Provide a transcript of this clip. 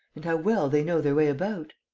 and how well they know their way about!